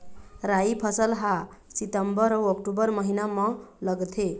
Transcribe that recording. राई फसल हा सितंबर अऊ अक्टूबर महीना मा लगथे